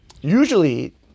usually